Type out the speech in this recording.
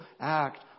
act